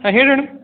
ಹಾಂ ಹೇಳಿ ಮೇಡಮ್